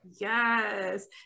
yes